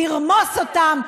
לרמוס אותם,